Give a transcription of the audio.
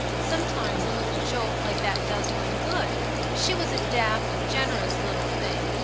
sometimes a little jolt like that does one good. she was a daft, generous little thing.